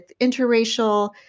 interracial